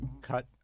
cut